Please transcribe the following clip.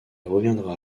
reviendra